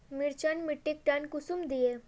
मिर्चान मिट्टीक टन कुंसम दिए?